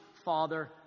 father